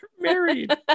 married